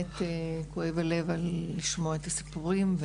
באמת כואב הלב לשמוע את הסיפורים.